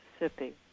Mississippi